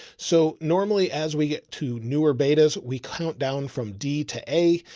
so normally as we get to newer betas, we count down from d to a.